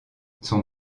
son